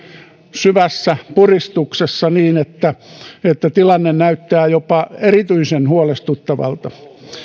syvässä puristuksessa niin että että tilanne näyttää jopa erityisen huolestuttavalta